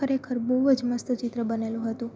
ખરેખર બહુ જ મસ્ત ચિત્ર બનેલું હતું